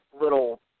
little